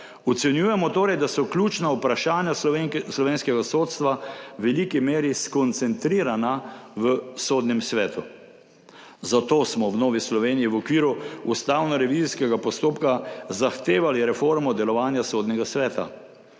Ocenjujemo torej, da so ključna vprašanja slovenskega sodstva v veliki meri skoncentrirana v Sodnem svetu. Zato smo v Novi Sloveniji v okviru ustavnorevizijskega postopka zahtevali reformo delovanja Sodnega sveta.